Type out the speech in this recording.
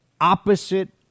opposite